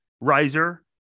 riser